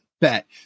bet